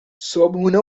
صبحونه